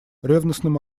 ревностным